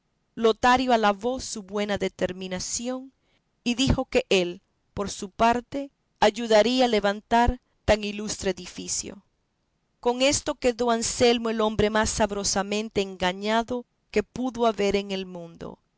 siglos venideros lotario alabó su buena determinación y dijo que él por su parte ayudaría a levantar tan ilustre edificio con esto quedó anselmo el hombre más sabrosamente engañado que pudo haber en el mundo